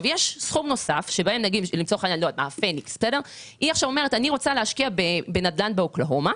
נניח שאת רוצה להשקיע בנדל"ן באוקלהומה,